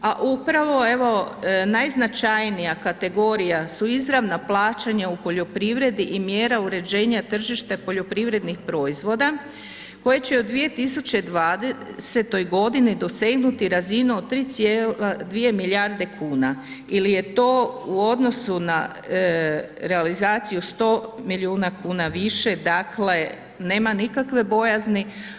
A upravo evo najznačajnija kategorija su izravna plaćanja u poljoprivredi i mjera uređenja tržišta poljoprivrednih proizvoda koje će u 2020. godini dosegnuti razinu od 3,2 milijarde kuna ili je to u odnosu na realizaciju 100 milijuna kuna više, dakle nema nikakve bojazni.